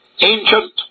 ancient